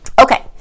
Okay